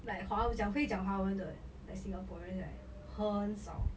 like 华会讲华文的 like singaporeans right 很少